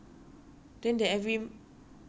then they every month just put in lor